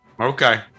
Okay